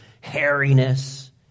hairiness